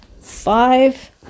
five